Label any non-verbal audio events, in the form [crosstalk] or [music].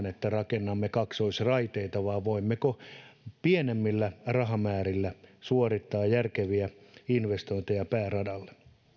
[unintelligible] että rakennamme yksinomaan kaksoisraiteita pienemmillä rahamäärillä suorittaa järkeviä investointeja pääradalle